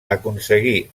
aconseguí